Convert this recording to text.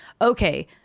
okay